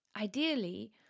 ideally